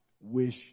wish